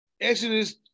Exodus